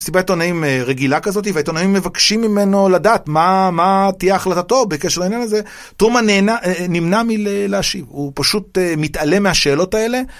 מסיבת עיתונאים רגילה כזאת, והעיתונאים מבקשים ממנו לדעת מה תהיה החלטתו בקשר לעניין הזה. טרומן נמנע מלהשיב, הוא פשוט מתעלם מהשאלות האלה.